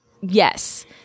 yes